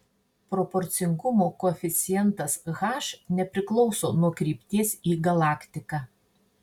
proporcingumo koeficientas h nepriklauso nuo krypties į galaktiką